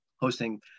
hosting